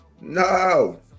No